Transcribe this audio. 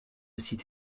site